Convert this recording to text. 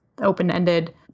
open-ended